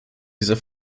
dieser